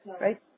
Right